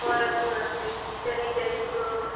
ꯍꯣꯏ ꯄꯨꯔꯛꯀꯦ ꯀꯔꯤ ꯀꯔꯤ ꯄꯨꯔꯛꯑꯣꯕ